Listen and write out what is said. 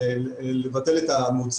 זה לדעתי משהו מאוד חשוב שצריך להוסיף למידע.